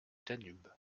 danube